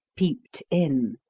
peeped in.